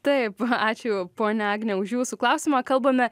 taip ačiū ponia agne už jūsų klausimą kalbame